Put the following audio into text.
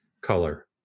color